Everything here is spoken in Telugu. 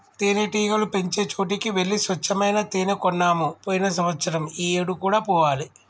తేనెటీగలు పెంచే చోటికి వెళ్లి స్వచ్చమైన తేనే కొన్నాము పోయిన సంవత్సరం ఈ ఏడు కూడా పోవాలి